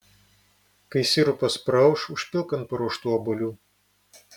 kai sirupas praauš užpilk ant paruoštų obuolių